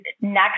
next